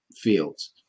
fields